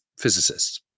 physicists